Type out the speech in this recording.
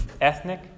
ethnic